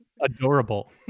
Adorable